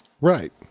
Right